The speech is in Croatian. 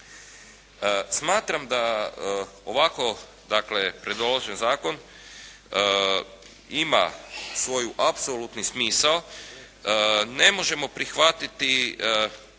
Smatram da ovako, dakle predložen zakon ima svoju apsolutni smisao, ne možemo prihvatiti